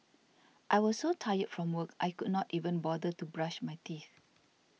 I was so tired from work I could not even bother to brush my teeth